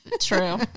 True